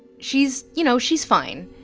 she's you know she's fine.